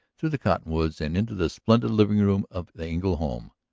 through the cottonwoods and into the splendid living-room of the engle home,